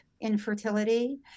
infertility